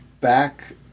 back